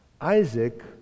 Isaac